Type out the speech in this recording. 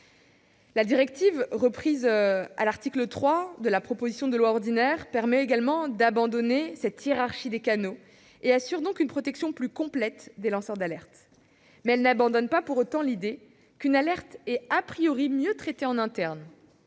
La directive, reprise à l'article 3 de la proposition de loi ordinaire, permet d'abandonner une telle hiérarchie des canaux et assure donc une protection plus complète des lanceurs d'alerte. Mais elle n'abandonne pas pour autant l'idée qu'une alerte est mieux traitée en interne.